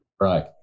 Right